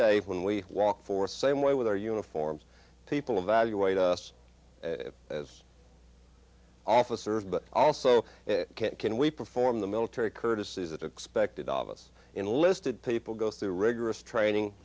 day when we walk for same way with our uniforms people evaluate us as officers but also can we perform the military courtesy that expected of us enlisted people go through rigorous training